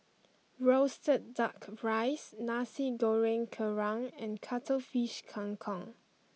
Roasted Duck Rice Nasi Goreng Kerang and Cuttlefish Kang Kong